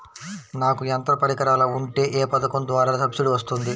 నాకు యంత్ర పరికరాలు ఉంటే ఏ పథకం ద్వారా సబ్సిడీ వస్తుంది?